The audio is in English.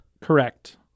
Correct